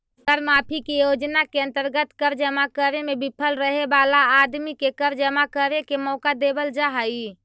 कर माफी के योजना के अंतर्गत कर जमा करे में विफल रहे वाला आदमी के कर जमा करे के मौका देवल जा हई